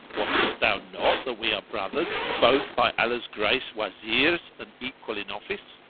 wottest thou not that we are brothers and both by allah's grace wazirs and equal in office?